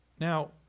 Now